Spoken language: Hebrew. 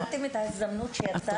ניצלתם את ההזדמנות שיצאתי?